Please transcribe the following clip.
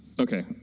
Okay